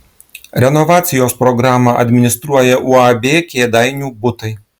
renovacijos programą administruoja uab kėdainių butai